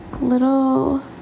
little